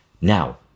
Now